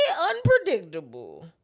unpredictable